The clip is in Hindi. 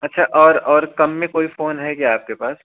अच्छा और और कम में कोई फ़ोन है क्या आपके पास